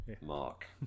Mark